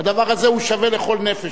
הדבר הזה שווה לכל נפש.